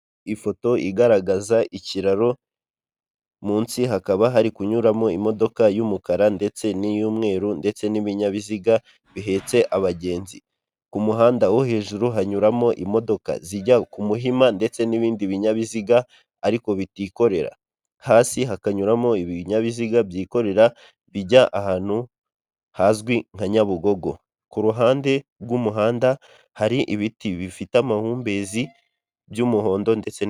Ifoto igaragaza ikiraro munsi hakaba hari kunyuramo imodoka y'umukara ndetse n'iy'umweru ndetse n'ibinyabiziga bihetse abagenzi ku muhanda wo hejuru hanyuramo imodoka zijya ku muhima ndetse n'ibindi binyabiziga ariko bitikorera hasi hakanyuramo ibinyabiziga byikorera bijya ahantu hazwi nka nyabugogo kuru ruhande rw'umuhanda hari ibiti bifite amahumbezi by'umuhondo ndetse...